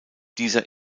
dieser